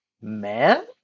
man